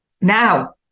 now